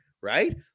right